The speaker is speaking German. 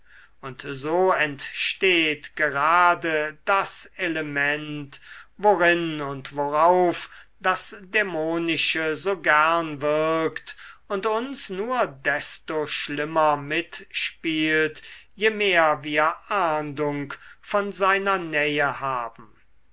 und so entsteht gerade das element worin und worauf das dämonische so gern wirkt und uns nur desto schlimmer mitspielt je mehr wir ahndung von seiner nähe haben